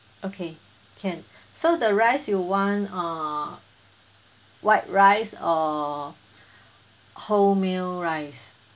okay can so the rice you want uh white rice or wholemeal rice